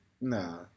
Nah